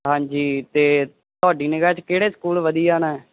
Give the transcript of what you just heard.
ਹਾਂਜੀ ਤੇ ਤੁਹਾਡੀ ਨਿਗਹਾ 'ਚ ਕਿਹੜੇ ਸਕੂਲ ਵਧੀਆ ਨੇ